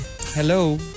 hello